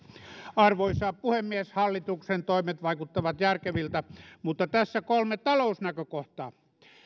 arvoisa puhemies hallituksen toimet vaikuttavat järkeviltä mutta tässä kolme talousnäkökohtaa